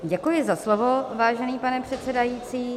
Děkuji za slovo, vážený pane předsedající